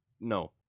No